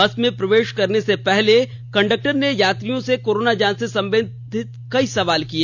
बस में प्रवेश करने से पहले कंडक्टर ने यात्रियों से कोरोना जांच से संबंधित कई सवाल किए